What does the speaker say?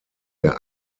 der